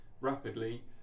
rapidly